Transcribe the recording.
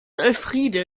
elfriede